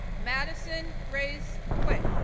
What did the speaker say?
madisen grace quick,